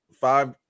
five